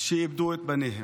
שאיבדו את בניהן.